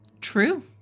True